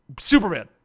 superman